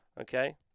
Okay